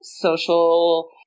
social